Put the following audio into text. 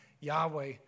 Yahweh